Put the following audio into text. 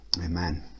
Amen